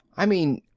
i mean.